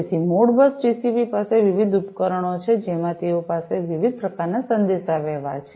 તેથી Modbus TCP પાસે વિવિધ ઉપકરણો છે જેમાં તેઓ પાસે વિવિધ પ્રકારનાં સંદેશાવ્યવહાર છે